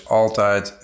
altijd